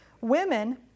Women